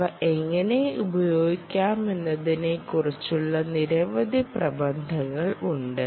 അവ എങ്ങനെ ഉപയോഗിക്കാമെന്നതിനെക്കുറിച്ചുള്ള നിരവധി പ്രബന്ധങ്ങൾ ഉണ്ട്